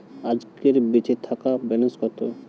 আজকের বেচে থাকা ব্যালেন্স কত?